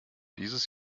dieses